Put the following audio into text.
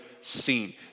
seen